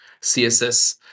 CSS